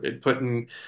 putting